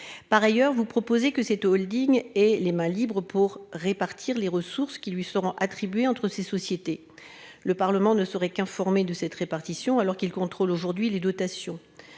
Par ailleurs, vous proposez que cette Holding et les mains libres pour répartir les ressources qui lui seront attribués entre ces sociétés. Le Parlement ne sauraient qu'informé de cette répartition alors qu'ils contrôlent aujourd'hui les dotations.